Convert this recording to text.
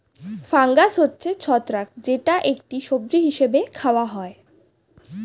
fungus হচ্ছে ছত্রাক যেটা একটি সবজি হিসেবে খাওয়া হয়